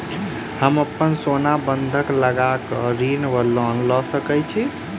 हम अप्पन सोना बंधक लगा कऽ ऋण वा लोन लऽ सकै छी?